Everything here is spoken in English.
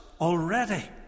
already